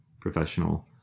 professional